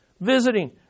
visiting